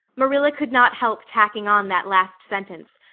marilla could not help tacking on that last sentence,